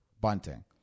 Bunting